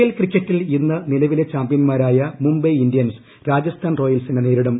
L ക്രിക്കറ്റിൽ ഇന്ന് നിലവിലെ ചാമ്പൃൻമാരായ മുംബൈ ഇന്ത്യൻസ് രാജസ്ഥാൻ റോയൽസിനെ നേരിടും